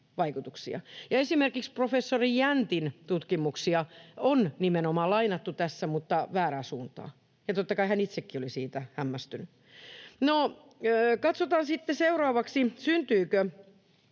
nimenomaan professori Jäntin tutkimuksia on lainattu tässä mutta väärään suuntaan, ja totta kai hän itsekin oli siitä hämmästynyt. No, katsotaan sitten seuraavaksi, syntyykö